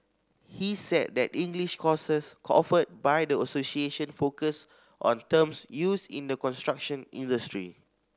he said that the English courses offered by the association focus on terms used in the construction industry